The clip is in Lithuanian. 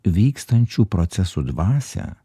vykstančių procesų dvasią